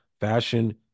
fashion